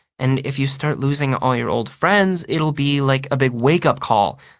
and if you start losing all your old friends, it'll be like a big wake-up call.